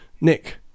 Nick